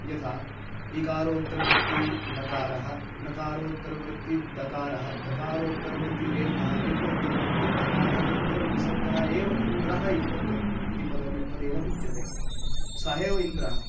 यथा इकारोत्तरवृत्तिः नकारः नकारोत्तरवृत्तिः दकारः दकारोत्तरवृत्तिरेफः रेफोत्तरवृत्तिः अकारः तदुत्तरं विसर्गः एव इन्द्रः इति पदकात् इति पदने पदेन उच्यते सः एव इन्द्रः